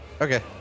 Okay